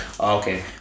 Okay